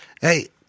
hey